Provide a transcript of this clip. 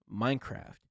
Minecraft